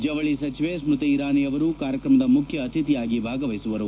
ಜವಳಿ ಸಚಿವೆ ಸೃತಿ ಇರಾನಿ ಅವರು ಕಾರ್ಯಕ್ರಮದ ಮುಖ್ಯ ಅತಿಥಿಯಾಗಿ ಭಾಗವಹಿಸುವರು